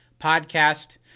podcast